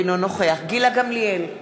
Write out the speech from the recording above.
אינו נוכח גילה גמליאל,